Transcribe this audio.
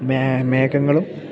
may മേഘങ്ങളും